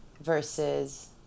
versus